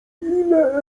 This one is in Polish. ile